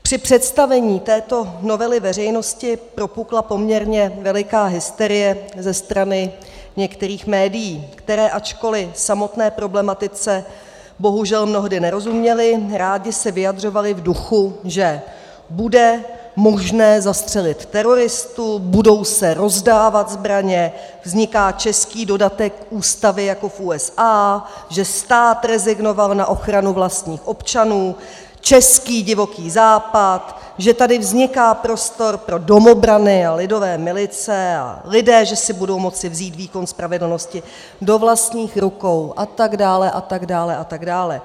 Při představení této novely veřejnosti propukla poměrně veliká hysterie ze strany některých médií, která, ačkoliv samotné problematice bohužel mnohdy nerozuměla, ráda se vyjadřovala v duchu, že bude možné zastřelit teroristu, budou se rozdávat zbraně, vzniká český dodatek Ústavy jako v USA, že stát rezignoval na ochranu vlastních občanů, český Divoký západ, že tady vzniká prostor pro domobrany a lidové milice a lidé že si budou moci vzít výkon spravedlnosti do vlastních rukou, a tak dále a tak dále a tak dále.